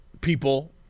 people